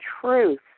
truth